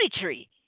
Tree